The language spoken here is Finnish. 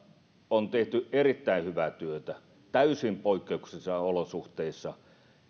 on tehty erittäin hyvää työtä täysin poikkeuksellisissa olosuhteissa